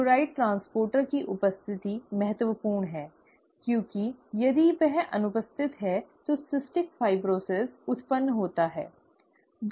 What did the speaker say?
chloride transporter की उपस्थिति महत्वपूर्ण है क्योंकि यदि वह अनुपस्थित है तो सिस्टिक फाइब्रोसिस उत्पन्न होता है